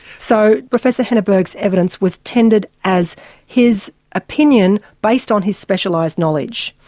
so professor henneberg's evidence was tendered as his opinion based on his specialised knowledge.